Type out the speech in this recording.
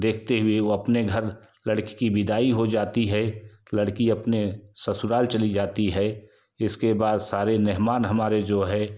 देखते हुए वो अपने घर लड़की की बिदाई हो जाती है लड़की अपने ससुराल चली जाती है इसके बाद सारे मेहमान हमारे जो है